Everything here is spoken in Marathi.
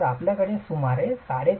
जर आपल्याकडे वीट सुमारे 3